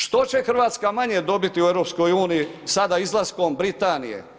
Što će Hrvatska manje dobiti u EU sada izlaskom Britanije?